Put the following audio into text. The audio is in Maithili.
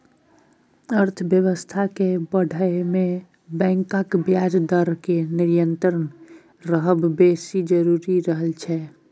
अर्थबेबस्था केँ बढ़य मे बैंकक ब्याज दर केर नियंत्रित रहब बेस जरुरी रहय छै